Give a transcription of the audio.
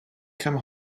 come